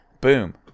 Boom